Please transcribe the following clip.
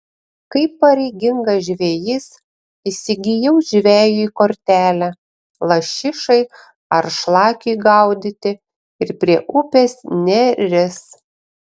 kaip pareigingas žvejys įsigijau žvejui kortelę lašišai ar šlakiui gaudyti ir prie upės neris